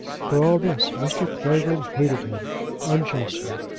for all this mr. clavering hated him unjustly.